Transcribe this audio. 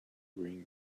green